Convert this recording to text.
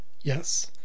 Yes